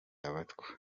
abatwa